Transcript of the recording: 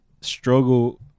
struggle